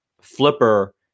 flipper